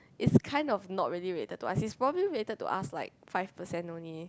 is kinds of not really weight the talk I is probably weighted to ask like five percent only